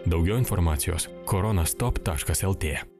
daugiau informacijos korona stop taškas lt